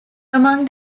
among